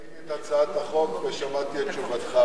ראיתי את הצעת החוק ושמעתי את תשובתך.